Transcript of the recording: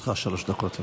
לרשותך שלוש דקות.